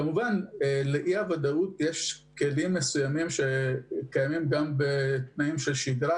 כמובן שלאי-וודאות יש הדים מסוימים שקיימים גם בשגרה,